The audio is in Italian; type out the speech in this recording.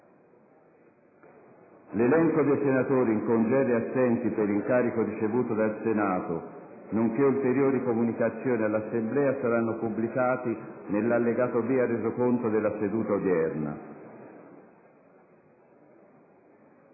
L'elenco dei senatori in congedo e assenti per incarico ricevuto dal Senato nonché ulteriori comunicazioni all'Assemblea saranno pubblicati nell'allegato B al Resoconto della seduta odierna.